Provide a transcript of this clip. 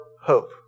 hope